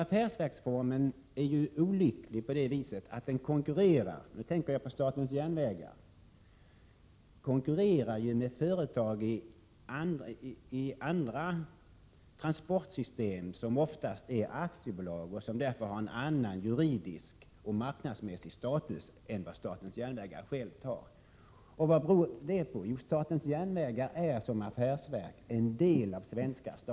Affärsverksformen är olycklig så till vida att den konkurrerar — jag tänker nu på SJ — med företag i andra transportsystem, som oftast är aktiebolag och som därför har en annan juridisk och marknadsmässig status än vad SJ har. Vad beror detta på? Jo, statens järnvägar är som affärsverk en del av svenska staten.